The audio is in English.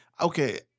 Okay